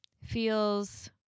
feels